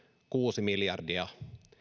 kuusi miljardia